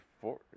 four